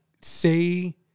say